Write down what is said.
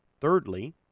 Thirdly